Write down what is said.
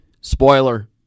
spoiler